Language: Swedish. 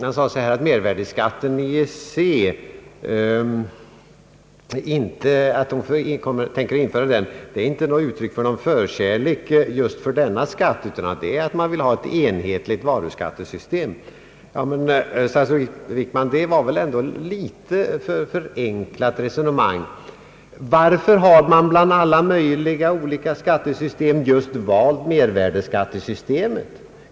Han sade att det förhållandet, att man tänker införa mervärdeskatt inom EEC, inte är uttryck för någon förkärlek just för denna skatt utan har sin grund i att man vill ha ett enhetligt varuskattesystem. Men, statsrådet Wickman, detta var väl ändå ett alltför förenklat resonemang. Varför har man bland alla möjliga och omöjliga skattesystem just valt mervärdeskattesystemet?